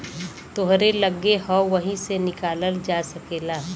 तोहरे लग्गे हौ वही से निकालल जा सकेला